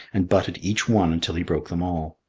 and butted each one until he broke them all.